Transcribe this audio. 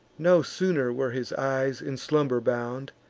no sooner were his eyes in slumber bound,